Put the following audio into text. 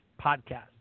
podcast